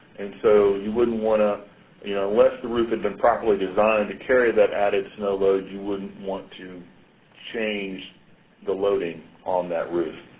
and so you wouldn't want to unless the roof had been properly designed to carry that added snow load, you wouldn't want to change the loading on that roof.